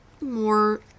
more